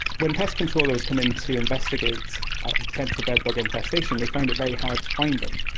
when pest controllers come in to investigate a potential bedbug infestation they find it very hard to find them.